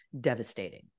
Devastating